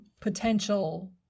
potential